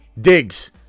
digs